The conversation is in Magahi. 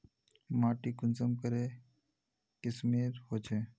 माटी कुंसम करे किस्मेर होचए?